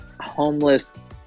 homeless